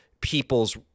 people's